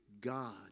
God